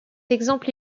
exemple